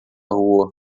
rua